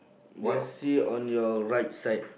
just see on your right side